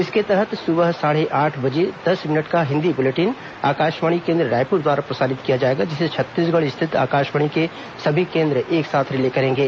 इसके तहत सुबह साढ़े आठ बजे दस मिनट का हिन्दी बुलेटिन आकाशवाणी केन्द्र रायपुर द्वारा प्रसारित किया जाएगा जिसे छत्तीसगढ़ स्थित आकाशवाणी के सभी केन्द्र एक साथ रिले करेंगे